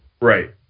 Right